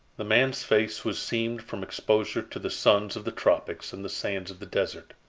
the man's face was seamed from exposure to the suns of the tropics and the sands of the desert.